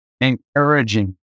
encouraging